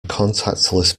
contactless